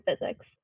physics